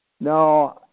No